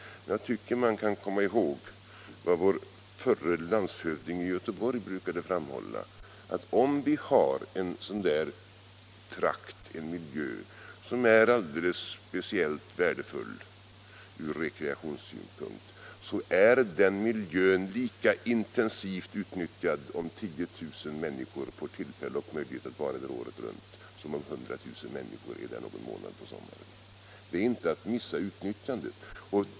Men jag tycker att man kan komma ihåg vad vår förre landshövding i länet brukade framhålla. Han sade att om stimulerande åtgärder i norra Bohuslän vi har en trakt eller en miljö som är alldeles speciellt värdefull ur rekreationssynpunkt, är den miljön lika intensivt utnyttjad om 10 000 människor får möjlighet att vistas där året runt som om 100 000 människor är där några månader på sommaren. Det är inte detsamma som att gå miste om utnyttjandet.